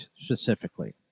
specifically